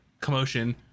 commotion